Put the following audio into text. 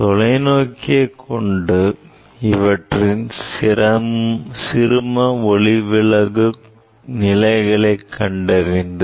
தொலைநோக்கியை கொண்டு இவற்றின் சிறும ஒளிவிலகு நிலைகளை கண்டறிந்து